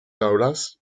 daoulas